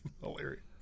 hilarious